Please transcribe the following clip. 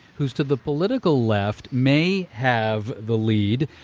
who's to the political left, may have the lead.